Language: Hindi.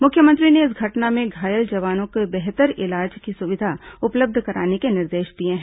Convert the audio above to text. मुख्यमंत्री ने इस घटना में घायल जवानों को बेहतर इलाज की सुविधा उपलब्ध कराने के निर्देश दिए हैं